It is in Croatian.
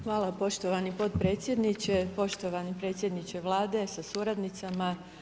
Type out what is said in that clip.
Hvala poštovani potpredsjedniče, poštovani predsjedniče Vlade sa suradnicama.